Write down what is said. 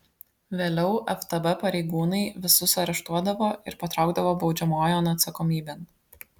vėliau ftb pareigūnai visus areštuodavo ir patraukdavo baudžiamojon atsakomybėn